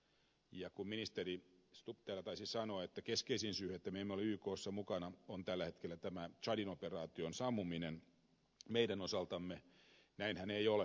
ja kun ministeri stubb täällä taisi sanoa että keskeisin syy että me emme ole ykssa mukana on tällä hetkellä tsadin operaation sammuminen meidän osaltamme näinhän ei ole